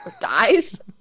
dies